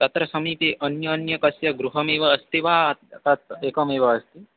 तत्र समीपे अन्यत् किम् गृहमेव अस्ति वा तत् एकमेव अस्ति